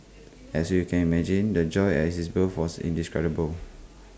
as you can imagine the joy at his birth was indescribable